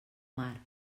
mar